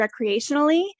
recreationally